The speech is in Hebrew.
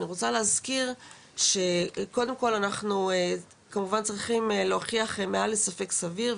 אני רוצה להזכיר שקודם כל אנחנו כמובן צריכים להוכיח מעל לספק סביר,